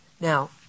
Now